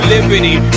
Liberty